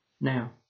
now